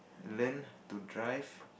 learn to drive